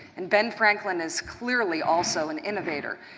and ben franklin is clearly also an innovator.